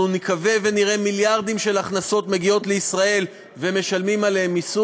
אנחנו נקווה ונראה מיליארדים בהכנסות מגיעים לישראל ומשלמים עליהם מס,